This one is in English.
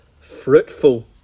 fruitful